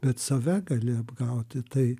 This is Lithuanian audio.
bet save gali apgauti tai